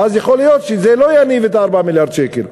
ואז יכול להיות שזה לא יניב את 4 מיליארד השקל.